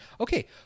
Okay